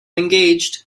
engaged